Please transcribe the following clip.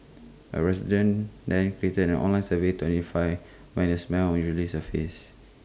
A resident then created an online survey to identify when the smell usually surfaces